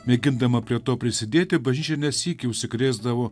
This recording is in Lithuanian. mėgindama prie to prisidėti bažnyčia ne sykį užsikrėsdavo